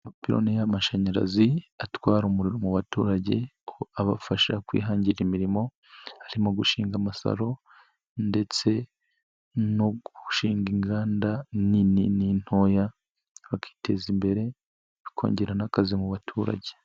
Amapiloni y'amashanyarazi atwara umuriro mu baturage ko abafasha kwihangira imirimo, harimo gushinga amasalo ndetse no gushinga inganda inini n'intoya bakiteza imbere, bakongera n'akazi mu baturage.